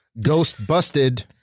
Ghostbusted